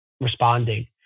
responding